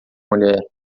mulher